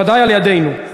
ודאי על-ידינו.